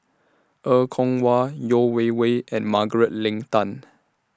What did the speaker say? Er Kwong Wah Yeo Wei Wei and Margaret Leng Tan